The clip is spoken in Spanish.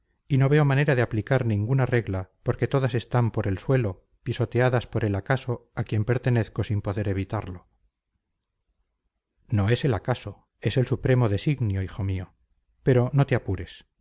y no veo manera de aplicar ninguna regla porque todas están por el suelo pisoteadas por el acaso a quien pertenezco sin poder evitarlo no es el acaso es el supremo designio hijo mío pero no te apures